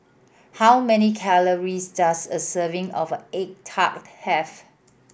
how many calories does a serving of egg tart have